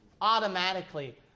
Automatically